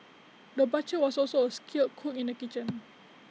the butcher was also A skilled cook in the kitchen